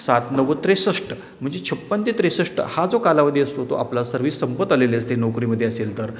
सात नव्वद त्रेसष्ट म्हणजे छप्पन ते त्रेसष्ट हा जो कालावधी असतो तो आपला सर्विस संपत्त आलेले असते नोकरीमदे असेल तर